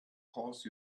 course